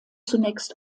zunächst